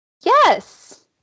Yes